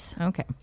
Okay